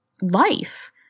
life